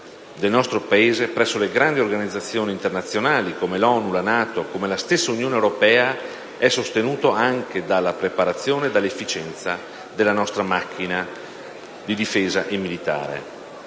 del nostro Paese presso le grandi organizzazioni internazionali come l'ONU, la NATO e la stessa Unione europea è sostenuto anche dalla preparazione e dell'efficienza della nostra macchina di difesa e militare.